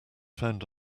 found